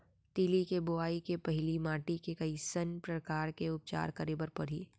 तिलि के बोआई के पहिली माटी के कइसन प्रकार के उपचार करे बर परही?